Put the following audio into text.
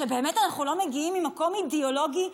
שבאמת אנחנו לא מגיעים ממקום אידיאולוגי,